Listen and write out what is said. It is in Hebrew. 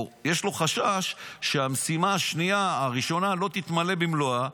או שיש לו חשש שהמשימה הראשונה לא תתמלא במלואה,